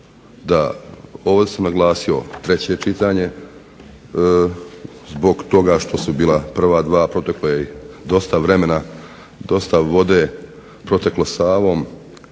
Ovdje sam naglasio treće čitanje zbog toga što su bila prva dva, proteklo je i dosta vremena, dosta vode je proteklo Savom